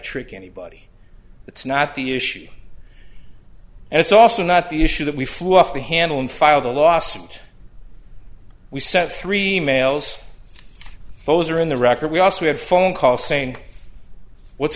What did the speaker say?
trick anybody that's not the issue and it's also not the issue that we flew off the handle and filed a lawsuit we sent three e mails those are in the record we also had phone call saying what's